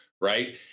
right